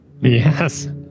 Yes